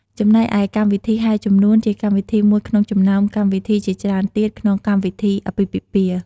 ចំណែកឯកម្មវិធីហែជំនួន ជាកម្មវិធីមួយក្នុងចំណោមកម្មវិធីជាច្រ់ើនទៀតក្នុងកម្មវិធីអាពាហ៍ពិពាហ៍។